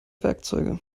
werkzeuge